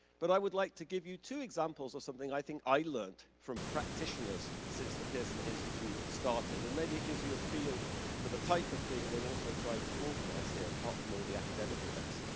but i would like to give you two examples of something i think i learned from practitioners since the pearson institute started, and maybe it gives you a feel for the type of thing we're also trying to organize here, apart from all the academic events.